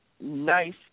nice